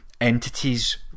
entities